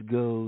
go